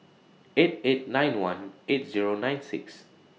eight eight nine one eight Zero nine six